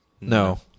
No